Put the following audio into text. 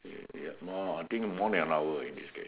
ya more I think more than an hour already in this case